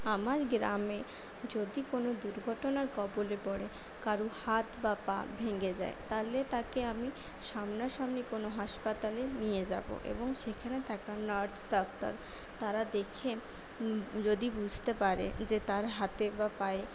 আমার গ্রামে যদি কোনো দুর্ঘটনার কবলে পড়ে কারো হাত বা পা ভেঙে যায় তাহলে তাকে আমি সামনাসামনি কোনো হাসপাতালে নিয়ে যাব এবং সেখানে থাকা নার্স ডাক্তার তারা দেখে যদি বুঝতে পারে যে তার হাতে বা পায়ে